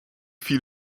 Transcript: viel